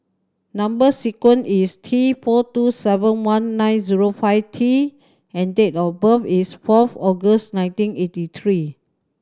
number sequence is T four two seven one nine zero five T and date of birth is fourth August nineteen eighty three